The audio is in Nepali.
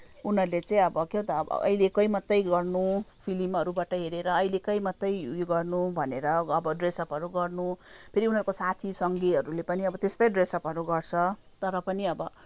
उनीहरूले चाहिँ अब के हो त अब अहिले मात्रै गर्नु फिल्महरूबाट हेरेर अहिलेकै मात्रै उयो गर्नु भनेर अब ड्रेसअपहरू गर्नु फेरि उनीहरूको साथी सङ्गीहरूले पनि अब त्यस्तै ड्रेसअपहरू गर्छ तर पनि अब